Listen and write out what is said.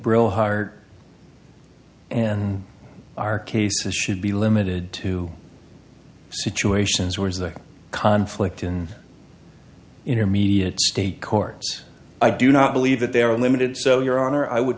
bro hired and our cases should be limited to situations where the conflict in intermediate state courts i do not believe that they are limited so your honor i would